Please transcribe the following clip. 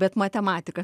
bet matematika